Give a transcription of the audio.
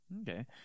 Okay